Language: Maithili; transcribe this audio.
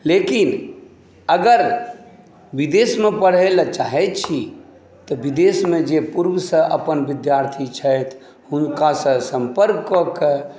लेकिन अगर विदेशमे पढ़ैला चाहै छै तऽ विदेशमे पुर्वसँ जे अपन विद्यार्थी छथि हुनकासँ सम्पर्क करि कऽ